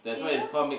did you